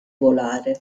volare